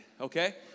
okay